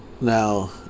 Now